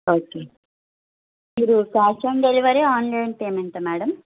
okay మీరు cash on delivery online payment madam